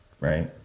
Right